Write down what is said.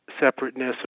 separateness